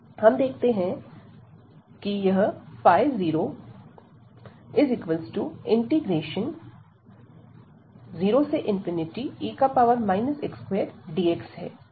हम देखते हैं कि यह 00e x2dx है